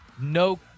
No